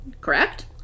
Correct